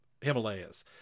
Himalayas